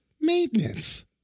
maintenance